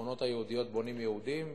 בשכונות היהודיות בונים יהודים,